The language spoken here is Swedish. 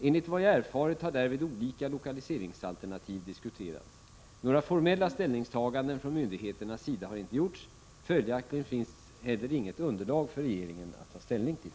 Enligt vad jag erfarit har därvid olika lokaliseringsalternativ diskuterats. Några formella ställningstaganden från myndigheternas sida har inte gjorts. Följaktligen finns heller inget underlag för regeringen att ta ställning till.